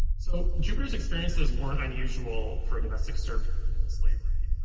so jupiter's experiences weren't unusual for a domestic servant in slavery.